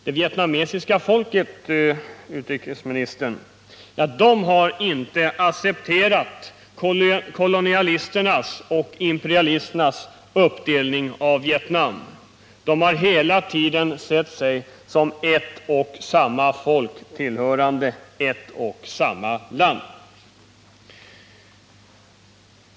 Det vietnamesiska folket, herr utrikesminister, har inte accepterat kolonialisternas och imperialisternas uppdelning av Vietnam. Man har hela tiden sett sig som ett och samma folk tillhörande ett och samma land.